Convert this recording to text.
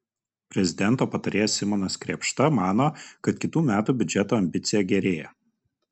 prezidento patarėjas simonas krėpšta mano kad kitų metų biudžeto ambicija gerėja